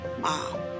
mom